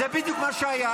זה בדיוק מה שהיה.